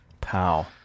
Pow